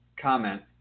comment